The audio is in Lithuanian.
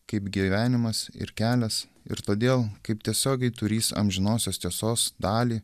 kaip gyvenimas ir kelias ir todėl kaip tiesiogiai turįs amžinosios tiesos dalį